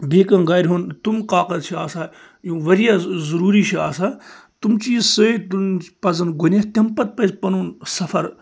بیٚیہِ کانٛہہ گاڑِ ہُنٛد تِم کاغذ چھِ آسان یم ؤرۍیَس ضروٗری چھِ آسان تِم چیٖزٕ سٍتۍ پَزَن گۅڈنٮ۪تھ تَمہِ پَتہٕ پَزِ پَنُن سَفَر